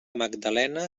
magdalena